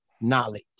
knowledge